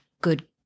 good